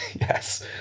Yes